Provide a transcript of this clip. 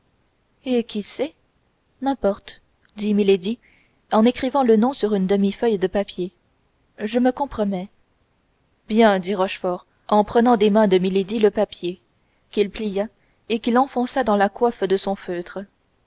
eh qui sait n'importe dit milady en écrivant le nom sur une demi feuille de papier je me compromets bien dit rochefort en prenant des mains de milady le papier qu'il plia et qu'il enfonça dans la coiffe de son feutre